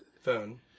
phone